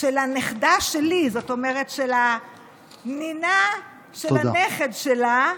של הנכדה שלי, זאת אומרת של הנינה של הנכד שלה.